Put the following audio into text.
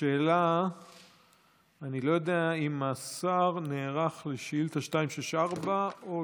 אני לא יודע אם השר נערך לשאילתה מס' 264 או,